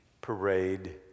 parade